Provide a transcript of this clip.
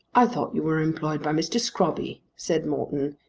i thought you were employed by mr. scrobby, said morton,